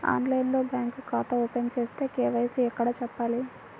ఆన్లైన్లో బ్యాంకు ఖాతా ఓపెన్ చేస్తే, కే.వై.సి ఎక్కడ చెప్పాలి?